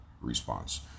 response